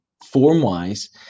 Form-wise